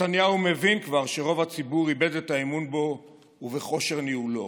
נתניהו מבין כבר שרוב הציבור איבד את האמון בו ובכושר ניהולו.